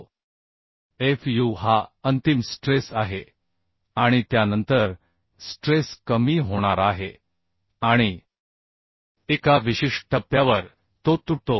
विशिष्ट पातळीपर्यंत वाढणार आहे जो सर्वोच्च बिंदू E आहे जो हा E दर्शवितो fu हा अंतिम स्ट्रेस आहे आणि त्यानंतर स्ट्रेस कमी होणार आहे आणि एका विशिष्ट टप्प्यावर तो तुटतो